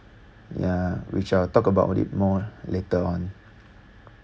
ya which I will talk about it more later on